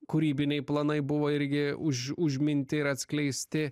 kūrybiniai planai buvo irgi už užminti ir atskleisti